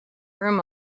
room